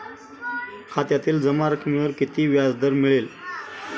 खात्यातील जमा रकमेवर किती व्याजदर मिळेल?